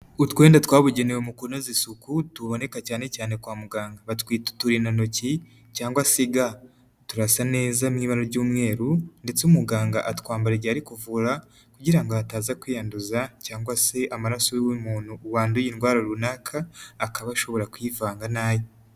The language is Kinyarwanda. Utwenda twabugenewe mu kunoza isuku, tuboneka cyane cyane kwa muganga. Batwita uturindantoki cyangwa se ga. Turasa neza mu ibara ry'umweru ndetse umuganga atwambara igihe ari kuvura, kugira ngo ataza kwiyanduza cyangwa se amaraso y'uwo muntu wanduye indwara runaka akaba ashobora kwivanga n'aye.